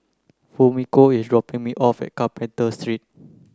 Fumiko is dropping me off at Carpenter Street